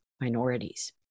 minorities